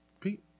Pete